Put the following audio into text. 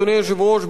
אדוני היושב-ראש,